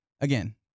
again